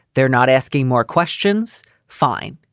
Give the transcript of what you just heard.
they're not asking more questions. fine.